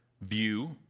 view